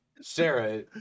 Sarah